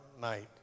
night